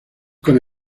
con